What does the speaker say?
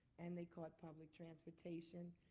and they caught public transportation.